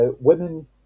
women